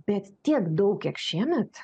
bet tiek daug kiek šiemet